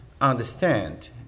understand